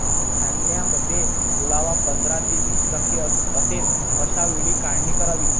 धान्यामध्ये ओलावा पंधरा ते वीस टक्के असेल अशा वेळी काढणी करावी